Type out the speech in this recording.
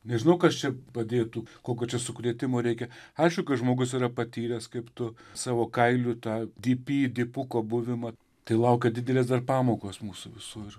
nežinau kas čia padėtų kokių sukrėtimų reikia aišku kad žmogus yra patyręs kaip tu savo kailiu tą dy py dipuko buvimą tai laukia didelės dar pamokos mūsų visų ir